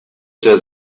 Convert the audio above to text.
der